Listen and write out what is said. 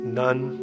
none